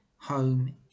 home